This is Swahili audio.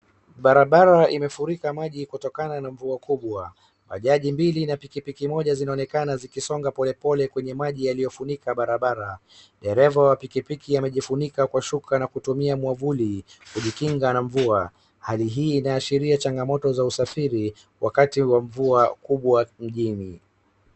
Barabara imefurika maji kutokana na mvua kubwa. Bajaji mbili na pikipiki moja zinaonekana zikisonga polepole kwenye maji yaliyofunika barabara. Dereva wa pikipiki amejifunika kwenye shuka na kutumia mwavuli kujikinga na mvua. Halii hii inaashiria changamoto za usafiri wakati wa mvua kubwa mjini